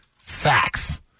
sacks